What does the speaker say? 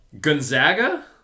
Gonzaga